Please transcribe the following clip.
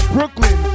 Brooklyn